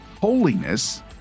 holiness